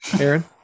Aaron